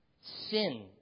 Sin